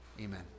Amen